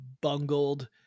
bungled